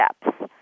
steps